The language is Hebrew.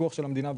פיקוח של המדינה.